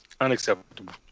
Unacceptable